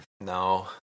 No